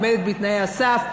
עומדת בתנאי הסף,